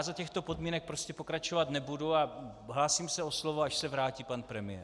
Za těchto podmínek prostě pokračovat nebudu a hlásím se o slovo, až se vrátí pan premiér.